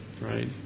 Right